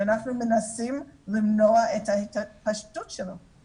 שאנחנו מנסים למנוע את ההתפשטות שלה.